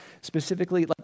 specifically